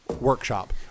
workshop